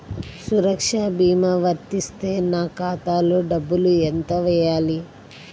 సురక్ష భీమా వర్తిస్తే నా ఖాతాలో డబ్బులు ఎంత వేయాలి?